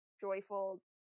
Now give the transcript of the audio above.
joyful